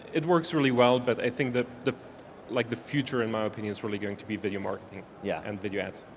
it works really well but i think that the like the future in my opinion is really going to be video marketing yeah and video ads.